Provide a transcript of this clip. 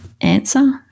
answer